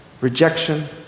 rejection